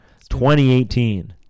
2018